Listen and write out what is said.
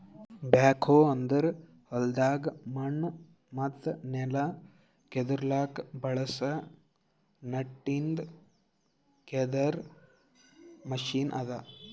back ಹೋ ಅಂದುರ್ ಹೊಲ್ದಾಗ್ ಮಣ್ಣ ಮತ್ತ ನೆಲ ಕೆದುರ್ಲುಕ್ ಬಳಸ ನಟ್ಟಿಂದ್ ಕೆದರ್ ಮೆಷಿನ್ ಅದಾ